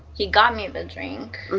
he got me the drink,